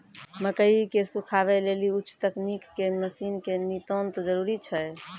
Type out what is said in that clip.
मकई के सुखावे लेली उच्च तकनीक के मसीन के नितांत जरूरी छैय?